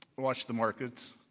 watch the market